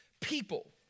people